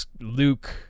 Luke